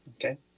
Okay